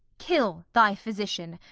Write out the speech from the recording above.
kill thy physician,